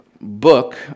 book